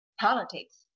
politics